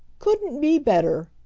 couldn't be better!